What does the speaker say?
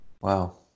wow